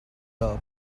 are